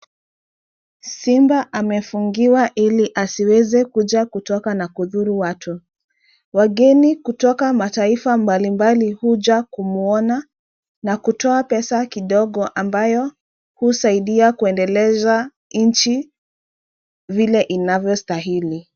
Simba amefungiwa ili asiweze kuja kutoka na kudhuru wati. Wageni kutoka mataifa mbalimbali huja kumuona na kutoa pesa kidogo ambayo husaidia kuendeleza nchi vile inavyostahili.